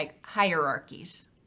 hierarchies